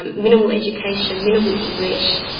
minimal education, minimal english.